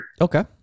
Okay